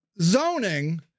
zoning